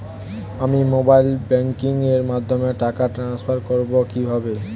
আমি mobile banking এর মাধ্যমে টাকা টান্সফার করব কিভাবে?